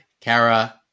Kara